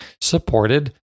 supported